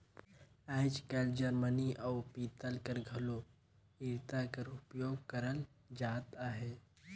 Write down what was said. आएज काएल जरमनी अउ पीतल कर घलो इरता कर उपियोग करल जात अहे